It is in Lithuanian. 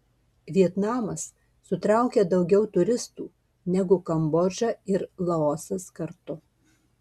vietnamas sutraukia daugiau turistų negu kambodža ir laosas kartu